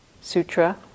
Sutra